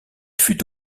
fut